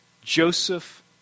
Joseph